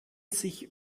sich